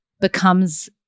becomes